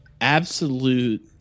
absolute